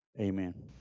amen